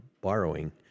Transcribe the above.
borrowing